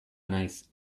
naiz